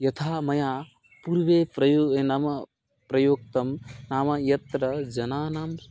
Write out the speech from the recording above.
यथा मया पूर्वे फ़्रयू नाम प्रयोक्तं नाम यत्र जनानां